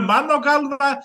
mano galva